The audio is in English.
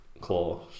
close